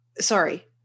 sorry